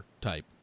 type